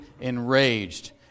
enraged